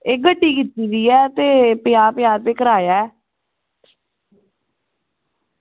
एह् गड्डी कीती दी ऐ ते पंजाह् पंजाह् रपेऽ किराया